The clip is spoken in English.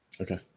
Okay